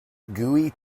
gooey